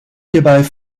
hierbei